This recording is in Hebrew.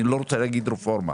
אני לא רוצה להגיד רפורמה,